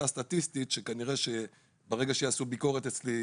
הסטטיסטית שכנראה שברגע שיעשו ביקורת אצלי,